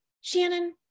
Shannon